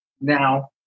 now